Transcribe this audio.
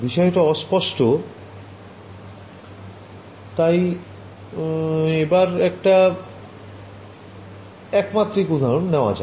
বিষয়টা অস্পষ্ট তাই এবার একটা একমাত্রিক উদাহরণ নেওয়া যাক